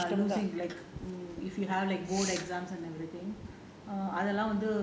they are losing err losing like if you have like more exams and everything